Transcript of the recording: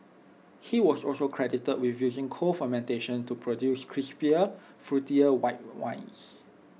he was also credited with using cold fermentation to produce crisper fruitier white wines